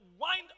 wind